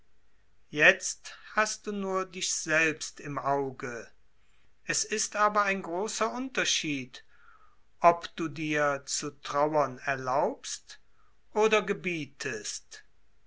jetzt hast du nur dich selbst im auge es ist aber ein großer unterschied ob du dir zu trauen erlaubst oder gebietest